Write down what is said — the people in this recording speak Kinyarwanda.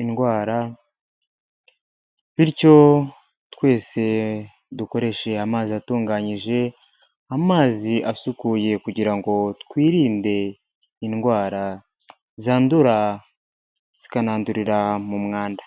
indwara, bityo twese dukoreshe amazi atunganyije, amazi asukuye kugira ngo twirinde indwara zandura zikanandurira mu mwanda.